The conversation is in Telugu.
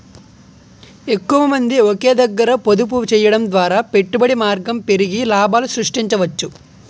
ఎక్కువమంది ఒకే దగ్గర పొదుపు చేయడం ద్వారా పెట్టుబడి మార్గం పెరిగి లాభాలు సృష్టించవచ్చు